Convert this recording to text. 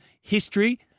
history